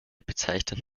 bezeichnet